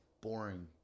Boring